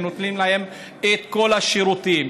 ונותנים להם את כל השירותים.